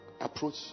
approach